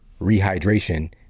rehydration